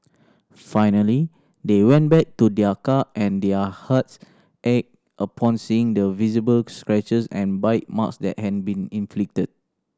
finally they went back to their car and their hearts ached upon seeing the visible scratches and bite marks that had been inflicted